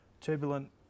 turbulent